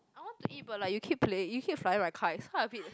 I want to eat but like you keep playing you keep flying my kite so I a bit